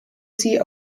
sie